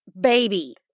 baby